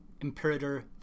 Imperator